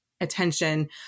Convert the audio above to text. attention